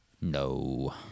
No